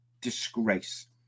disgrace